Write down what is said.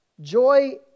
Joy